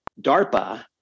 DARPA